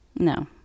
No